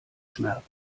schmerz